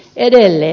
edelleen